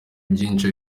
byinshi